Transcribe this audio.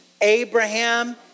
Abraham